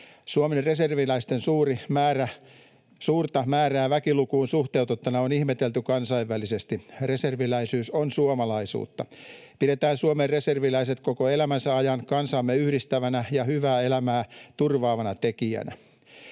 Suomen reserviläisten suurta määrää väkilukuun suhteutettuna on ihmetelty kansainvälisesti. Reserviläisyys on suomalaisuutta. Pidetään Suomen reserviläiset koko elämänsä ajan kansaamme yhdistävänä ja hyvää elämää turvaavana tekijänä.